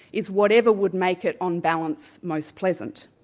is whatever would make it on balance, most pleasant.